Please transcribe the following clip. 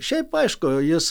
šiaip aišku jis